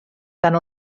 tant